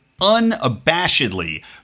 unabashedly